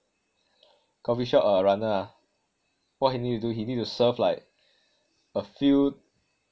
coffee shop uh runner ah what he need to do he need to serve like a few